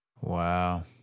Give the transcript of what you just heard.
Wow